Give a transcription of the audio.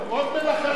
עוד מלחך פנכה.